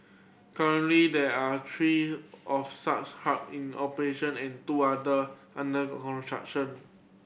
currently there are three of such hub in operation and two under under construction